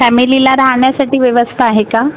फॅमिलीला राहण्यासाठी व्यवस्था आहे का